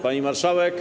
Pani Marszałek!